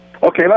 Okay